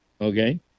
Okay